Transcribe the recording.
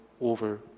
over